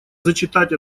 зачитать